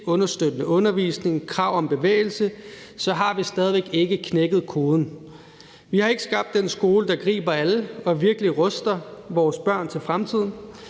understøttende undervisning og krav om bevægelse, har vi stadig væk ikke knækket koden. Vi har ikke skabt den skole, der griber alle og virkelig ruster vores børn til fremtiden.